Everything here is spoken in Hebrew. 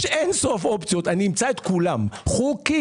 יש אין-סוף אופציות, ואני אמצא את כולן, חוקית.